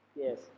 Yes